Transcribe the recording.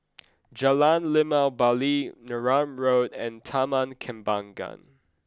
Jalan Limau Bali Neram Road and Taman Kembangan